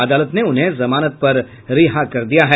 अदालत ने उन्हें जमानत पर रिहा कर दिया है